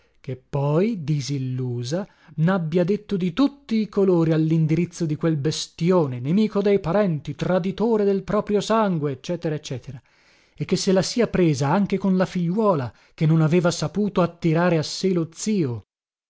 che poi disillusa nabbia detto di tutti i colori allindirizzo di quel bestione nemico dei parenti traditore del proprio sangue ecc ecc e che se la sia presa anche con la figliuola che non aveva saputo attirare a sé lo zio